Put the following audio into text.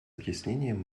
объяснением